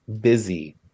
busy